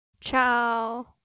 Ciao